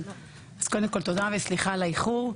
אז קודם כל תודה וסליחה על האיחור.